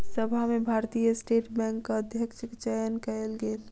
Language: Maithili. सभा में भारतीय स्टेट बैंकक अध्यक्षक चयन कयल गेल